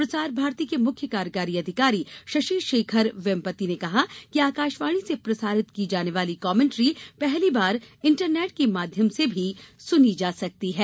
प्रसार भारती के मुख्य कार्यकारी अधिकारी शशि शेखर वेमपती ने कहा कि आकाशवाणी से प्रसारित की जाने वाली कमेंट्री पहली बार इंटरनेट के माध्यम से भी सुनी जा सकती है